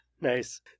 nice